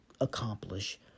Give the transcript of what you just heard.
accomplish